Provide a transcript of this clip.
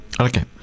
Okay